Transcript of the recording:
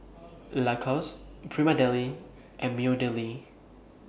Lacoste Prima Deli and Meadowlea